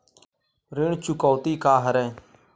ऋण चुकौती का हरय?